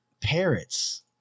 Parrots